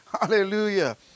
Hallelujah